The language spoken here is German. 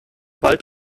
wald